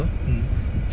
mm